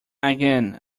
again